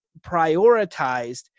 prioritized